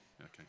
Okay